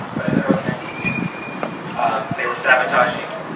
in the early nineteen sixty s they were sabotaging